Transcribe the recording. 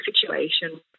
situation